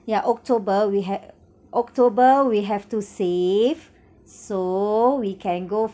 yeah october we have october we have to save so we can go